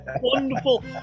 wonderful